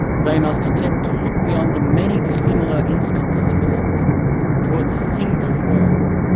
they must attempt to look beyond the many dissimilar instances of something towards a single form,